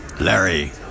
Larry